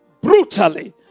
brutally